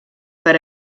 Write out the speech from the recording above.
per